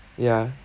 ya